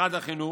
במשרד החינוך,